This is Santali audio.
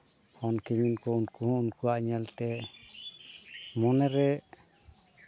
ᱦᱚᱱ ᱠᱤᱢᱤᱱ ᱠᱚ ᱩᱱᱠᱩ ᱦᱚᱸ ᱩᱱᱠᱩᱣᱟᱜ ᱧᱮᱞ ᱛᱮ ᱢᱚᱱᱮᱨᱮ